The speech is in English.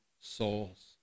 souls